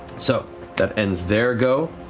so that ends their go.